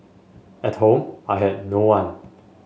at home I had no one